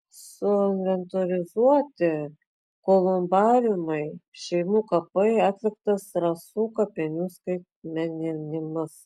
suinventorizuoti kolumbariumai šeimų kapai atliktas rasų kapinių skaitmeninimas